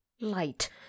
Light